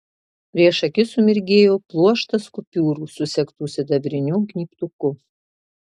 prieš akis sumirgėjo pluoštas kupiūrų susegtų sidabriniu gnybtuku